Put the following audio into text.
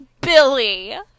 billy